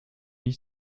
ich